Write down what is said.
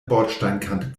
bordsteinkante